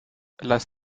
las